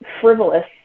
frivolous